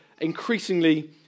increasingly